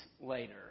later